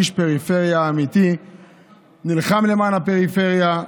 איש פריפריה אמיתי שנלחם למען הפריפריה.